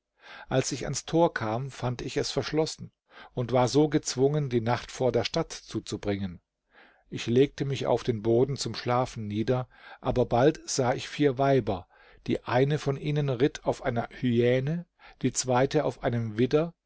als ich ans tor kam fand ich es verschlossen und war so gezwungen die nacht vor der stadt zuzubringen ich legte mich auf den boden zum schlafen nieder aber bald sah ich vier weiber die eine von ihnen ritt auf einer hyäne die zweite auf einem widder